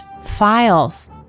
files